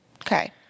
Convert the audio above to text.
Okay